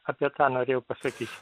apie tą norėjau pasakyt